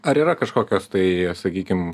ar yra kažkokios tai sakykim